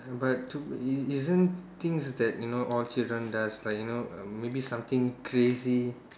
but to isn't things that you know all children does like you know maybe something crazy